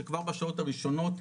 שכבר בשעות הראשונות,